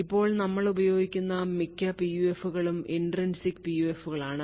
ഇപ്പോൾ നമ്മൾ ഉപയോഗിക്കുന്ന മിക്ക PUF കളും intrinsic PUFകളാണ്